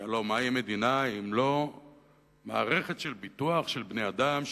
שהלוא מהי מדינה אם לא מערכת של ביטוח של בני-אדם,